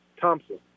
Thompson